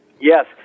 Yes